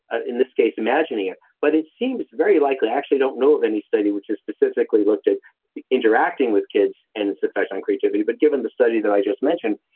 ah in this case, imagining it. but it seems very likely, i actually don't know of any study which has specifically looked at interacting with kids and its effect on creativity. but given the study that i just mentioned,